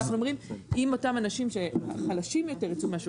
אנחנו אומרים אם אותם אנשים חלשים יותר יצאו מהשוק,